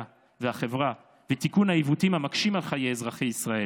והחברה ותיקון העיוותים המקשים על חיי אזרחי ישראל: